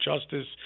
Justice